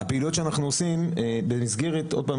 כן.